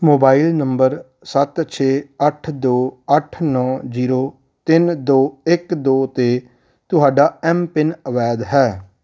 mobile number ਸੱਤ ਛੇ ਅੱਠ ਦੋ ਅੱਠ ਨੌ ਜੀਰੋ ਤਿੰਨ ਦੋ ਇੱਕ ਦੋ 'ਤੇ ਤੁਹਾਡਾ ਐੱਮਪਿੰਨ ਅਵੈਧ ਹੈ